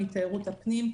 היא תיירות הפנים.